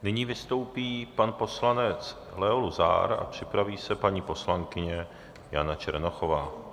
Nyní vystoupí pan poslanec Leo Luzar a připraví se paní poslankyně Jana Černochová.